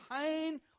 pain